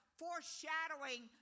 foreshadowing